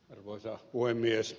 arvoisa puhemies